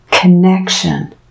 connection